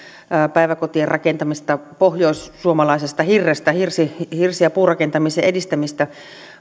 päiväkotien rakentamista pohjoissuomaisesta hirrestä hirsi hirsi ja puurakentamisen edistämistä